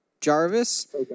Jarvis